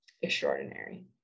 extraordinary